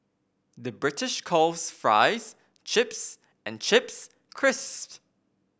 the British calls fries chips and chips crisps